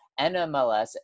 NMLS